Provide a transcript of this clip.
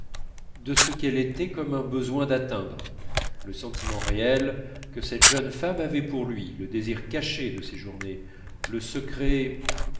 de ce qu'elle était comme un besoin d'atteindre le sentiment réel que cette jeune femme avait pour lui le désir caché de ses journées le secret